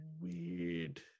Weird